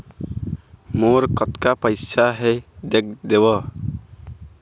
मोर पैसा कतका हे देख देव?